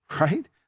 right